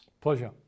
Pleasure